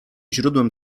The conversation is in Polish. źródłem